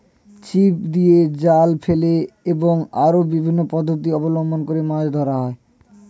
ছিপ দিয়ে, জাল ফেলে এবং আরো বিভিন্ন পদ্ধতি অবলম্বন করে মাছ ধরা হয়